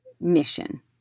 mission